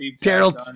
Terrell